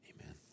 amen